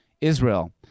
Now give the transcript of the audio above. Israel